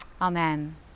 Amen